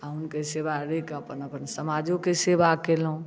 आ हुनके सेवा रहि कऽ अपन अपन समाजो के सेवा केलहुॅं